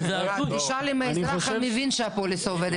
--- תשאל אם האזרח מבין שהפוליסה עובדת ככה.